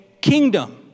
kingdom